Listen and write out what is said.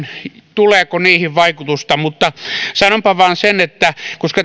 tuleeko niihin vaikutusta mutta sanonpa vain sen että